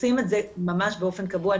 עושים את זה ממש באופן קבוע,